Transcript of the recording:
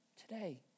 Today